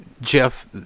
Jeff